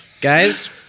guys